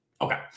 Okay